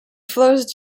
flows